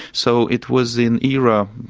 so it was an era,